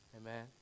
amen